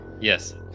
Yes